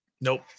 Nope